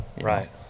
Right